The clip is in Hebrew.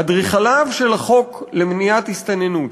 אדריכליו של החוק למניעת הסתננות,